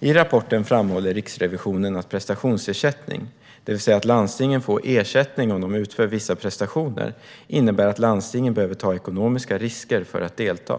I rapporten framhåller Riksrevisionen att prestationsersättning, det vill säga att landstingen får ersättning om de utför vissa prestationer, innebär att landstingen behöver ta ekonomiska risker för att delta.